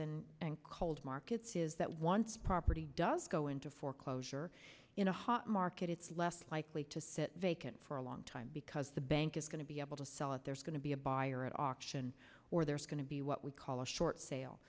and in cold markets is that once property does go into foreclosure in a hot market it's less likely to sit vacant for a long time because the bank is going to be able to sell it there's going to be a buyer at auction or there's going to be what we call a short sale